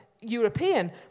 European